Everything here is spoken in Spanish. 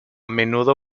menudo